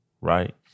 right